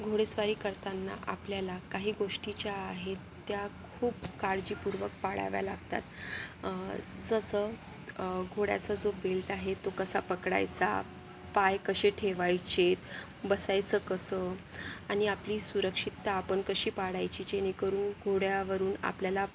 घोडेस्वारी करताना आपल्याला काही गोष्टी ज्या आहेत त्या खूप काळजीपूर्वक पाळाव्या लागतात जसं घोड्याचा जो बेल्ट आहे तो कसा पकडायचा पाय कसे ठेवायचे बसायचं कसं आणि आपली सुरक्षितता आपण कशी पाळायची जेणेकरून घोड्यावरून आपल्याला